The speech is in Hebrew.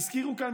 הזכירו כאן,